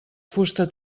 fusta